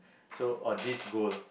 so or this goal